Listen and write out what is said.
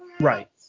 Right